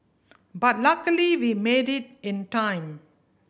but luckily we made it in time